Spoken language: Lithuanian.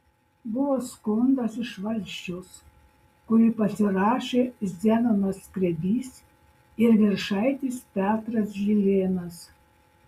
buvo skundas iš valsčiaus kurį pasirašė zenonas skrebys ir viršaitis petras žilėnas